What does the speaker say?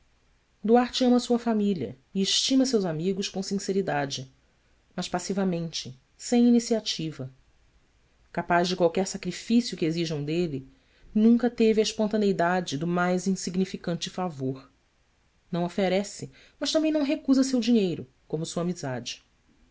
calmos duarte ama sua família e estima seus amigos com sinceridade mas passivamente sem iniciativa capaz de qualquer sacrifício que exijam dele nunca teve a espontaneidade do mais insignificante favor não oferece mas também não recusa seu dinheiro como sua amizade